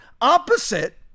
opposite